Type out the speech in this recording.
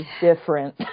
different